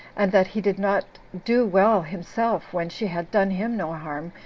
and that he did not do well himself, when she had done him no harm,